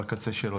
בקצה שלו,